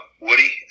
Woody